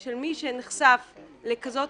של מי שנחשף לכזאת